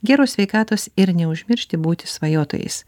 geros sveikatos ir neužmiršti būti svajotojais